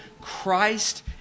Christ